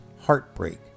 heartbreak